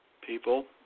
people